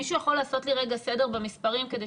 מישהו יכול לעשות לי רגע סדר במספרים כדי